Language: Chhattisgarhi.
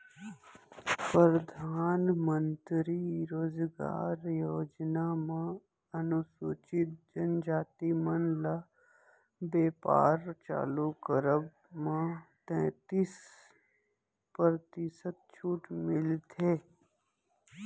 परधानमंतरी रोजगार योजना म अनुसूचित जनजाति मन ल बेपार चालू करब म तैतीस परतिसत छूट मिलथे